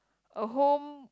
a home